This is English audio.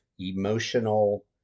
emotional